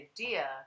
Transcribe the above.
idea